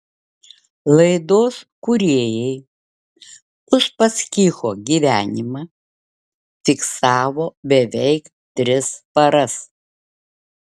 laidos kūrėjai uspaskicho gyvenimą fiksavo beveik tris paras